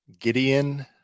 Gideon